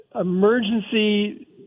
emergency